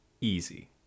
Easy